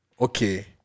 okay